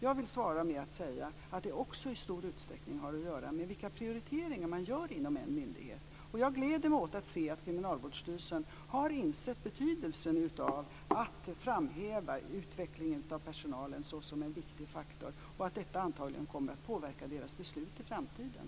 Jag vill svara med att säga att det också i stor utsträckning har att göra med vilka prioriteringar man gör inom en myndighet. Jag gläder mig åt att se att Kriminalvårdsstyrelsen har insett betydelsen av att framhäva utvecklingen av personalen såsom en viktig faktor och att detta antagligen kommer att påverka deras beslut i framtiden.